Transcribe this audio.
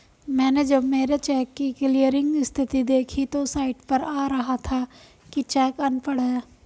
मैनें जब मेरे चेक की क्लियरिंग स्थिति देखी तो साइट पर आ रहा था कि चेक अनपढ़ है